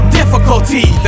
difficulty